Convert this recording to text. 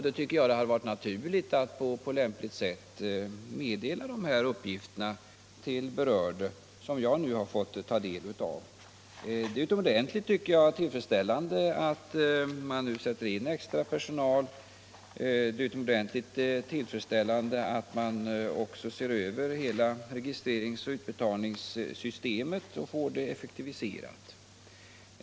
Då tycker jag att det hade varit naturligt att på lämpligt sätt meddela berörda personer de uppgifter som jag nu har fått ta del av. Jag tycker att det är utomordentligt tillfredsställande att extrapersonal nu sätts in och att man också ser över hela registreringsoch utbetalningssystemet och får det effektiviserat.